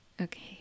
Okay